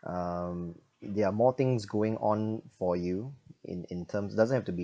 um there are more things going on for you in in terms doesn't have to be